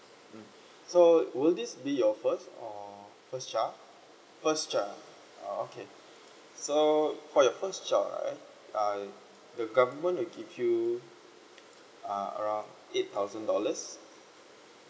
mm so will this be your first or first child first child oh okay so for your first child right uh the government will give you uh around eight thousand dollars